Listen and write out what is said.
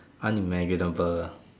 unimaginable uh